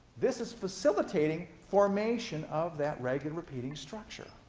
this is facilitating formation of that regular repeating structure.